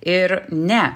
ir ne